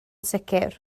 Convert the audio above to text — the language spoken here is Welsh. sicr